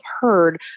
heard